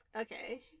okay